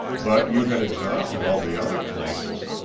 but you had exhausted all the other places.